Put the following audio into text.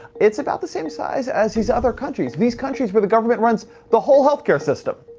it's about the same size as these other countries. these countries where the government runs the whole health care system!